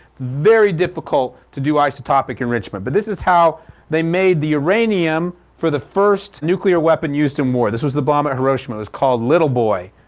very difficult to do isotopic enrichment. but this is how they made the uranium for the first nuclear weapon used in war. this was the bomb at hiroshima. it was called little boy.